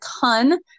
ton